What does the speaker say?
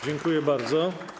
Dziękuję bardzo.